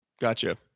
gotcha